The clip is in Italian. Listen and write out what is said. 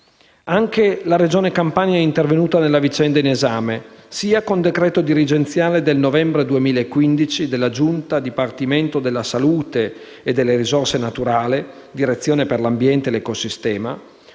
Anche la Regione Campania è intervenuta nella vicenda in esame, sia con decreto dirigenziale del novembre 2015 della giunta dipartimento della salute e delle risorse naturali, direzione generale per l'ambiente e l'ecosistema,